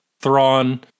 Thrawn